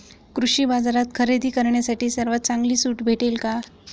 कृषी बाजारात खरेदी करण्यासाठी सर्वात चांगली सूट भेटेल का?